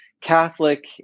catholic